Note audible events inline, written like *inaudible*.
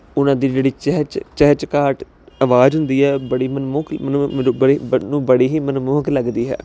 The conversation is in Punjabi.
ਉਹਨਾਂ ਦੀ ਜਿਹੜੀ ਚਹ ਚਹਿ ਚਕਾਟ ਆਵਾਜ਼ ਹੁੰਦੀ ਹ ਬੜੀ *unintelligible* ਮਨ ਨੂੰ ਬੜੀ ਮਨਮੋਹਕ ਲੱਗਦੀ ਹੈ